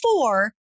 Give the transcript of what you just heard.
four